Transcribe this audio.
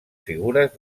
figures